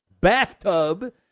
Bathtub